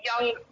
young